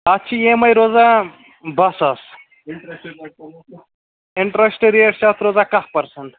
اَتھ چھِ E M I روزان باہ ساس اِنٹرٛسٹہٕ ریٹ چھِ اَتھ روزان کاہ پٔرسنٛٹ